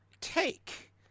take